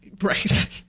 Right